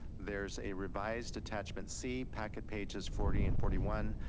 there is a revised attachment c, packet pages forty and forty one.